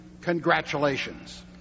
congratulations